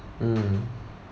mm